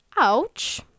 ouch